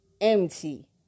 empty